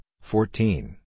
fourteen